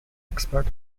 expert